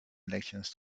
elections